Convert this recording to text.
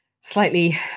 slightly